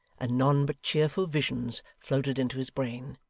and none but cheerful visions floated into his brain.